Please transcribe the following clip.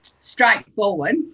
straightforward